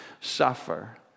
suffer